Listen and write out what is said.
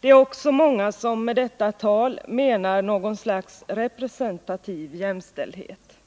Det är också många som med sitt tal om jämställdhet åsyftar något slags representativ jämställdhet.